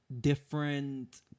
different